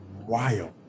wild